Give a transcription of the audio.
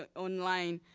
ah online,